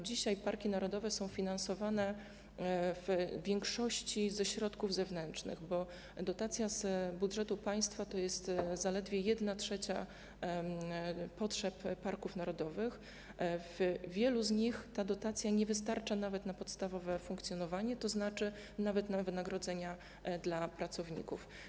Dzisiaj parki narodowe są finansowane w większości ze środków zewnętrznych, bo dotacja z budżetu państwa pokrywa zaledwie 1/3 potrzeb parków narodowych, a w wielu z nich ta dotacja nie wystarcza nawet na podstawowe funkcjonowanie, to znaczy nawet na wynagrodzenia dla pracowników.